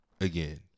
again